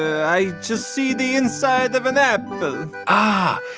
i just see the inside of an apple ah,